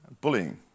bullying